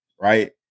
right